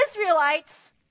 Israelites